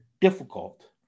difficult